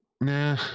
nah